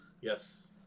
Yes